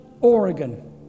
Oregon